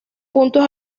puntos